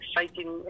exciting